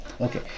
Okay